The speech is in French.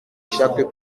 chaque